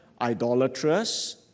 idolatrous